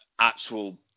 actual